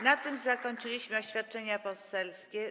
Na tym zakończyliśmy oświadczenia poselskie.